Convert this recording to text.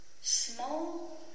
small